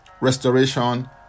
restoration